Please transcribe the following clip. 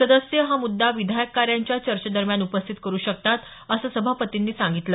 सदस्य हा मुद्दा विधायक कार्यांच्या चर्चेदरम्यान उपस्थित करु शकतात असं सभापतींनी सांगितलं